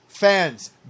Fans